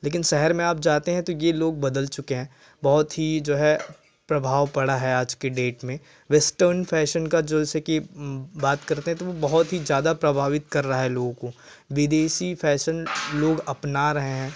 लेकिन शहर में आप जाते हैं तो यह लोग बदल चुके हैं बहुत ही जो है प्रभाव पड़ा है आज के डेट में वेस्टर्न फैशन का जैसे की बात करते हैं तो बहुत ही ज़्यादा प्रभावित कर रहा है लोगों को विदेशी फैशन लोग अपना रहे हैं